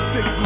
Six